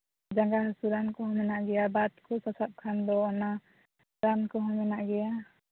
ᱡᱟᱸᱜᱟ ᱦᱟᱹᱥᱩ ᱨᱟᱱ ᱠᱚᱦᱚᱸ ᱢᱮᱱᱟᱜ ᱜᱮᱭᱟ ᱵᱟᱛ ᱠᱚ ᱥᱟᱥᱟᱵ ᱠᱷᱟᱱ ᱫᱚ ᱚᱱᱟ ᱨᱟᱱ ᱠᱚᱦᱚᱸ ᱢᱮᱱᱟᱜ ᱜᱮᱭᱟ